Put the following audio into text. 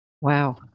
Wow